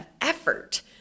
effort